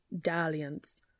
dalliance